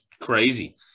crazy